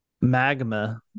magma